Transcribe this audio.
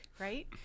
right